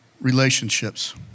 relationships